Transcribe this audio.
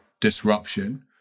disruption